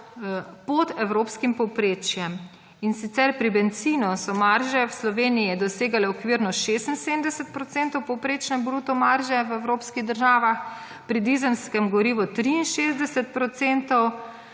pod evropskim povprečjem. In sicer pri bencinu so marže v Sloveniji dosegale okvirno 76 % povprečne bruto marže v evropskih državah, pri dizelskem gorivu 63 %,